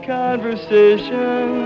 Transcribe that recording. conversation